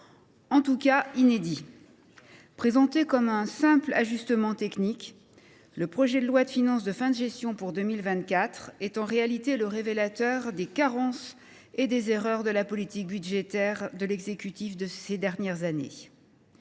en tout cas inédit. Présenté comme un simple ajustement technique, le projet de loi de finances de fin de gestion pour 2024 est en réalité révélateur des carences et des erreurs de la politique budgétaire des exécutifs ces dernières années.